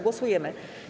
Głosujemy.